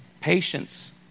Patience